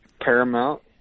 paramount